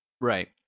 right